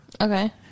okay